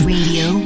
Radio